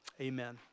amen